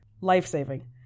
life-saving